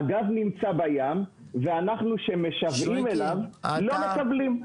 הגז נמצא בים ואנחנו שמשוועים אליו, לא מקבלים.